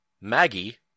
Maggie